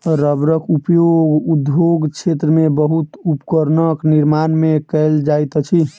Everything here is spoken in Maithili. रबड़क उपयोग उद्योग क्षेत्र में बहुत उपकरणक निर्माण में कयल जाइत अछि